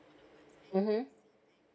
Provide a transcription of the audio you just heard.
mmhmm